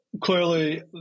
clearly